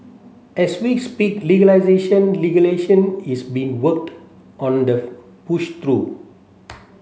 as we speak legalisation is being worked on the pushed through